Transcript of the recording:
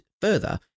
further